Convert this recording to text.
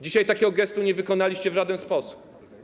Dzisiaj takiego gestu nie wykonaliście w żaden sposób.